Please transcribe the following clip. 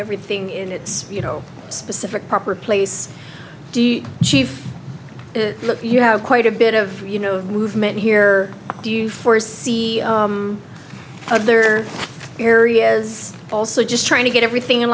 everything in its you know specific proper place de chief that you have quite a bit of you know movement here do you for see other areas also just trying to get everything in